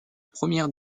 première